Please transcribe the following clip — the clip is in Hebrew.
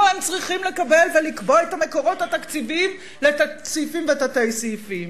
לא הם צריכים לקבוע את המקורות התקציביים לסעיפים ותתי-סעיפים.